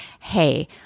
hey